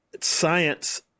Science